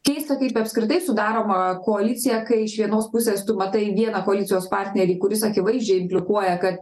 keista kaip apskritai sudaroma koalicija kai iš vienos pusės tu matai vieną koalicijos partnerį kuris akivaizdžiai implikuoja kad